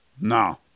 No